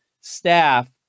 staff